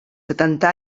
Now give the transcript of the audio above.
setanta